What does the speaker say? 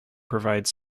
provides